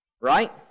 right